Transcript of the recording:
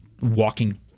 walking